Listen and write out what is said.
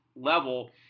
level